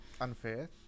Unfair